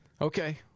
Okay